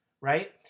right